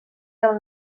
del